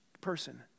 person